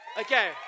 Okay